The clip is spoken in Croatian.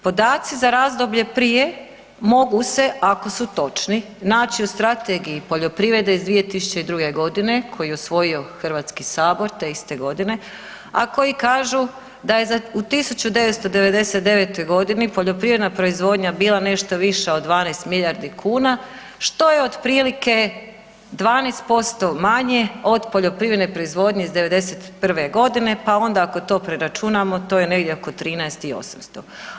Podaci za razdoblje prije mogu se ako su točni naći u strategiji poljoprivrede iz 2002. godine koju je usvojio Hrvatski sabor te iste godine, a koji kažu da je u 1999. godini poljoprivredna proizvodnja bila nešto viša od 12 milijardi kuna što je otprilike 12% manje od poljoprivredne proizvodnje iz '91. godine, pa onda ako to preračunamo to je negdje oko 13 i 800.